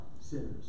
sinners